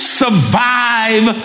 survive